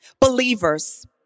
Believers